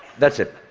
that's it.